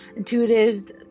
Intuitives